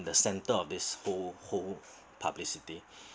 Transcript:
the centre of this whole whole publicity